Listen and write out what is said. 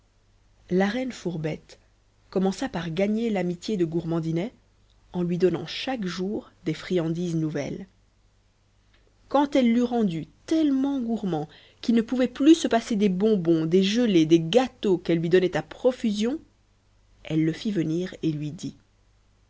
la reine fourbette commença par gagner l'amitié de gourmandinet en lui donnant chaque jour des friandises nouvelles quand elle l'eut rendu tellement gourmand qu'il ne pouvait plus se passer des bonbons des gelées des gâteaux qu'elle lui donnait à profusion elle le fit venir et lui dit